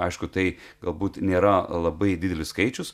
aišku tai galbūt nėra labai didelis skaičius